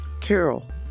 Carol